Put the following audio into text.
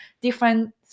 different